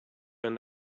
and